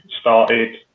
started